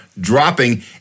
dropping